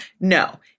No